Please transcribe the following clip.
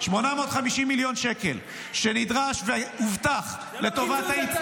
850 מיליון שקל שנדרש והובטח -- זה לא קיצוץ,